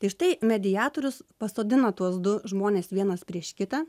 tai štai mediatorius pasodina tuos du žmones vienas prieš kitą